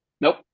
Nope